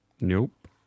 Nope